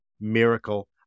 miracle